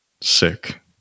sick